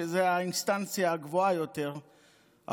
שזו האינסטנציה הגבוהה יותר,